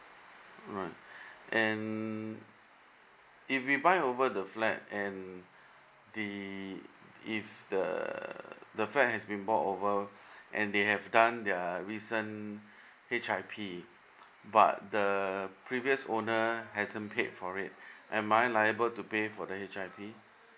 alright and if we buy over the flat and the if the the flat has been bought over and they have done their recent H_I_P but the previous owner hasn't paid for it am I liable to pay for the H_I_P